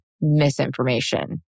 misinformation